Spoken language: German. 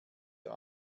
der